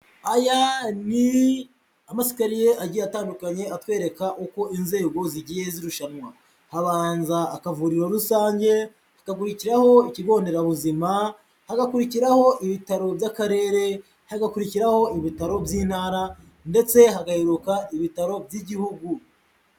Ayani amasikariye agiye atandukanye atwereka uko inzego zigiye zirushanwa, habanza akavuriro rusange, hagakurikiraho ikigo nderabuzima, hagakurikiraho ibitaro by'Akarere, hagakurikiraho ibitaro by'Intara ndetse hagaheruka ibitaro by'Igihugu.